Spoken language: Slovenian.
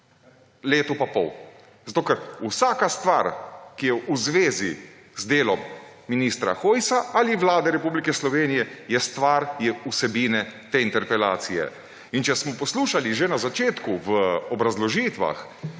letu in pol, zato ker vsaka stvar, ki je v zvezi z delom ministra Hojsa ali Vlade Republike Slovenije, je stvar vsebine te interpelacije. In če smo poslušali že na začetku v obrazložitvah